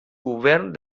govern